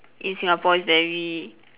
in Singapore is very